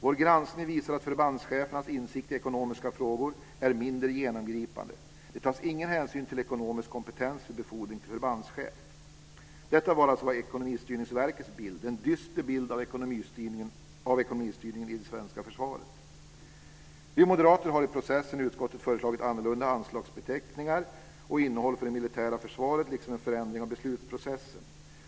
Vår granskning visar att förbandschefernas insikt i ekonomiska frågor är mindre genomgripande. Det tas ingen hänsyn till ekonomisk kompetens vid befordring till förbandschef. Detta var alltså Ekonomistyrningsverkets bild - en dyster bild av ekonomistyrningen i det svenska försvaret. Vi moderater har under processen i utskottet föreslagit annorlunda anslagsbeteckningar och innehåll för det militära försvaret, liksom en förändring av beslutsprocessen.